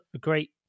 great